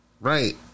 right